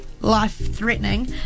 life-threatening